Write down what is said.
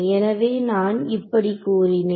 எனவே நான் இப்படி கூறினேன்